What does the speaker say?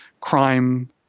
crime